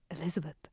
Elizabeth